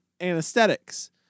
Anesthetics